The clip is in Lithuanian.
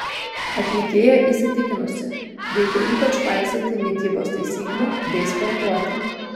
atlikėja įsitikinusi reikia ypač paisyti mitybos taisyklių bei sportuoti